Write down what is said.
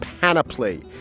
panoply